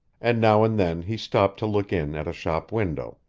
and now and then he stopped to look in at a shop window.